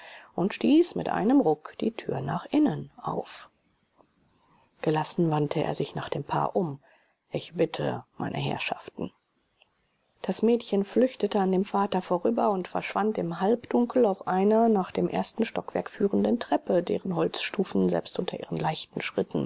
und stieß mit einem ruck die tür nach innen auf gelassen wandte er sich nach dem paar um ich bitte meine herrschaften das mädchen flüchtete an dem vater vorüber und verschwand im halbdunkel auf einer nach dem ersten stockwerk führenden treppe deren holzstufen selbst unter ihren leichten schritten